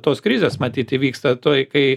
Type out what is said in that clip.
tos krizės matyt įvyksta tuoj kai